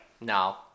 no